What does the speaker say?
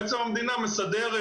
בעצם, המדינה מסדרת